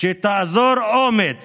שתאזור אומץ